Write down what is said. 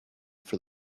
for